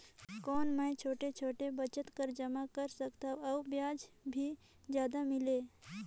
कौन मै छोटे छोटे बचत कर जमा कर सकथव अउ ब्याज भी जादा मिले?